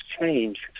change